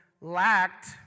lacked